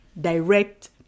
direct